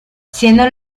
siendo